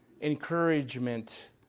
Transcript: encouragement